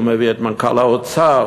הוא מביא את מנכ"ל האוצר,